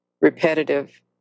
repetitive